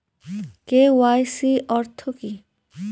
KYC অর্থ কি?